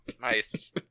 Nice